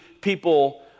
people